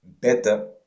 better